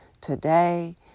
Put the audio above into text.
today